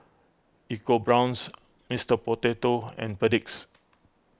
EcoBrown's Mister Potato and Perdix